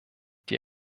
die